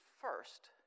first